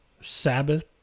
Sabbath